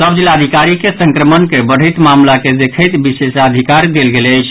सभ जिलाधिकारी के संक्रमण के बढ़ैत मामिला के देखैत विशेषाधिकार देल गेल अछि